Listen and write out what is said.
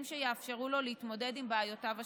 שיאפשרו לו להתמודד עם בעיותיו השורשיות.